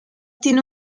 tiene